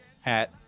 hat